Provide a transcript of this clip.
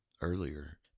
earlier